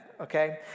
okay